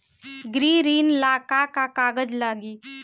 गृह ऋण ला का का कागज लागी?